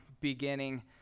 beginning